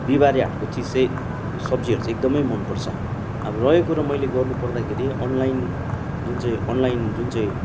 बिहीबारे हाटको चिज चै सब्जीहरू चै एकदमै मनपर्छ अब रह्यो कुरा मैले गर्नुपर्दाखेरि अनलाइन जुन चाहिँ अनलाइन जुन चाहिँ